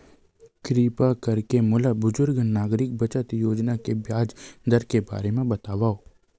किरपा करके मोला बुजुर्ग नागरिक बचत योजना के ब्याज दर के बारे मा बतावव